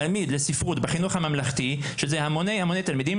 תלמיד לספרות בחינוך הממלכתי שזה המוני תלמידים